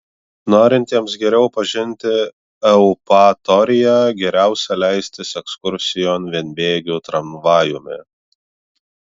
norintiems geriau pažinti eupatoriją geriausia leistis ekskursijon vienbėgiu tramvajumi